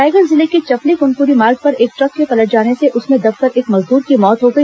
रायगढ़ जिले के चपले कुनकुरी मार्ग पर एक ट्रक के पलट जाने से उसमें दबकर एक मजदूर की मौत हो गई